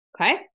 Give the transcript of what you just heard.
okay